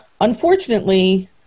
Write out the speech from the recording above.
unfortunately